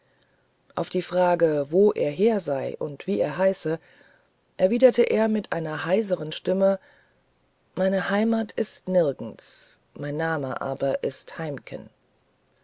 auf die frage wo er her sei und wie er heiße erwiderte er mit einer heiseren stimme meine heimat ist nirgends mein name aber ist heimken